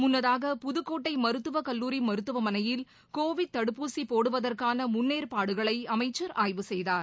முன்னதாக புதுக்கோட்டை மருத்துவக்கல்லூரி மருத்துவமனையில் கோவிட் தடுப்பூசி போடுவதற்கான முன்னேற்பாடுகளை அமைச்சர் ஆய்வு செய்தார்